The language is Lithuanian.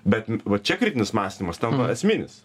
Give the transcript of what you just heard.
bet va čia kritinis mąstymas tampa esminis